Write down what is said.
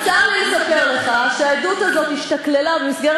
אז צר לי לספר לך שהעדות הזאת השתקללה במסגרת